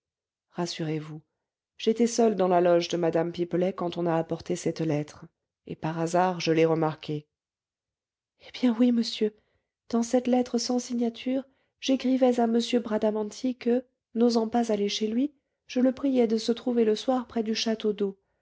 rassurez-vous j'étais seul dans la loge de mme pipelet quand on a apporté cette lettre et par hasard je l'ai remarquée eh bien oui monsieur dans cette lettre sans signature j'écrivais à m bradamanti que n'osant pas aller chez lui je le priais de se trouver le soir près du